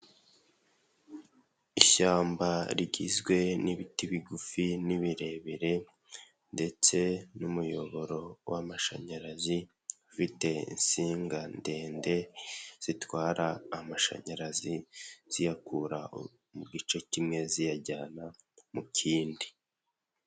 Ishyamba rigizwe n'ibiti bigufi n'ibirebire ndetse n'umuyoboro w'amashanyarazi ufite insinga ndende zitwara amashanyarazi ziyakura mu gice kimwe ziyajyana mu kindi.